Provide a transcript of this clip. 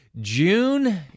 June